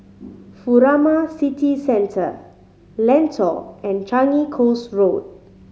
Furama City Centre Lentor and Changi Coast Road